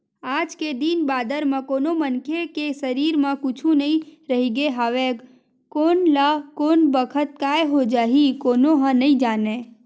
आज के दिन बादर म कोनो मनखे के सरीर म कुछु नइ रहिगे हवय कोन ल कोन बखत काय हो जाही कोनो ह नइ जानय